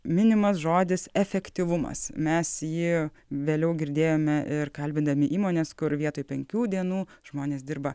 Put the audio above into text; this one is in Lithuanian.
minimas žodis efektyvumas mes jį vėliau girdėjome ir kalbindami įmonės kur vietoj penkių dienų žmonės dirba